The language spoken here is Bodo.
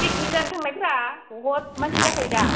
पिकनिक जानो थांनायफोरा बुहद मानसि जाखायो दा